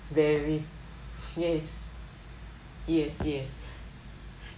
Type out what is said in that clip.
very yes yes yes